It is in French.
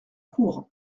cour